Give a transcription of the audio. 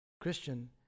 Christian